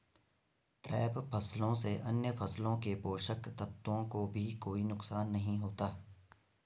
trap फसलों से अन्य फसलों के पोषक तत्वों को भी कोई नुकसान नहीं होता